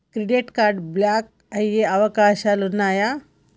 Credit card block అయ్యే అవకాశాలు ఉన్నయా?